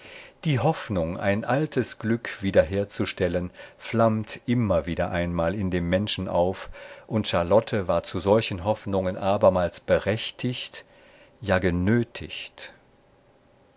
die hoffnung ein altes glück wiederherzustellen flammt immer einmal wieder in dem menschen auf und charlotte war zu solchen hoffnungen abermals berechtigt ja genötigt